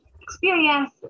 experience